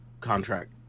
contract